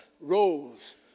rose